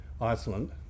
Iceland